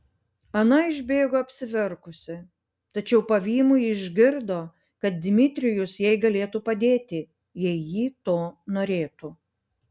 ana išbėgo apsiverkusi tačiau pavymui išgirdo kad dmitrijus jai galėtų padėti jei ji to norėtų